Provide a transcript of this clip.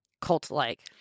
cult-like